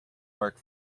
work